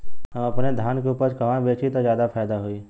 हम अपने धान के उपज कहवा बेंचि त ज्यादा फैदा होई?